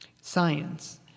science